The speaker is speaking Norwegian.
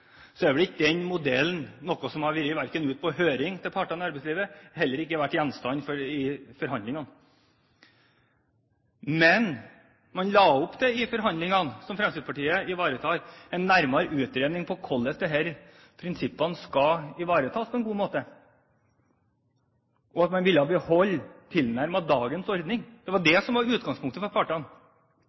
så fint heter, som det ble enighet om den 4. juni på Statsministerens kontor, er vel ikke den modellen noe som har vært ute på høring hos partene i arbeidslivet og heller ikke vært gjenstand for forhandlinger. Men man la opp til i forhandlingene som Fremskrittspartiet ivaretar, en nærmere utredning om hvordan disse prinsippene skal ivaretas på en god måte. Man ville beholde tilnærmet dagens ordning. Det var det som var utgangspunktet for partene,